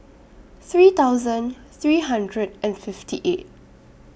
three thousand three hundred and fifty eight